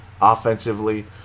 offensively